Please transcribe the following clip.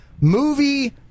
movie